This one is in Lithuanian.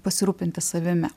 pasirūpinti savimi